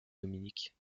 dominique